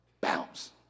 bounce